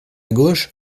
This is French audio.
gauche